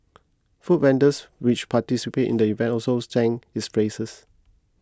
food vendors which participated in the event also sang its praises